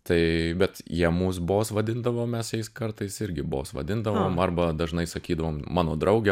tai bet jie mus bos vadindavo mes jais kartais irgi bos vadindavom arba dažnai sakydavom mano drauge